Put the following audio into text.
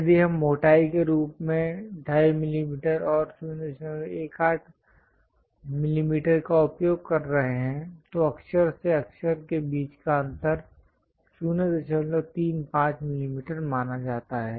यदि हम मोटाई के रूप में 25 मिलीमीटर और 018 मिलीमीटर का उपयोग कर रहे हैं तो अक्षर से अक्षर के बीच का अंतर 035 मिलीमीटर माना जाता है